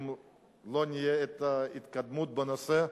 אם לא נראה התקדמות בנושא,